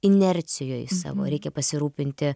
inercijoj savo reikia pasirūpinti